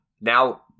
now